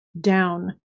down